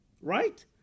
Right